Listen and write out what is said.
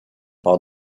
par